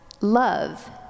love